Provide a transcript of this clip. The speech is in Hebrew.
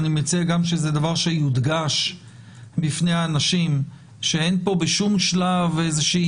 אני מציע גם שזה דבר שיודגש בפני האנשים שאין פה בשום שלב איזושהי